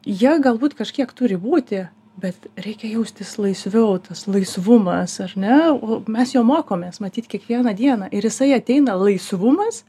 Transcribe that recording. jie galbūt kažkiek turi būti bet reikia jaustis laisviau tas laisvumas ar ne o mes jo mokomės matyt kiekvieną dieną ir jisai ateina laisvumas